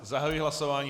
Zahajuji hlasování.